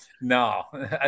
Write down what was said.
no